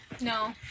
No